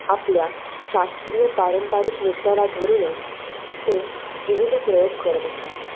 आपल्या शास्त्रीय पारंपरिक नृत्याला धरूनच ते विविध प्रयोग करत असतात